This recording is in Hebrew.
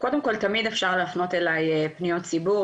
קודם כל תמיד אפשר להפנות אלי פניות ציבור,